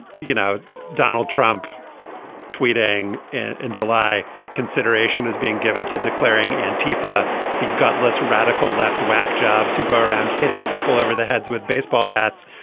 you know donald trump tweeting in july consideration is being given to declaring and tfa got less radical left whack jobs who go around hitting people over their heads with baseball bats.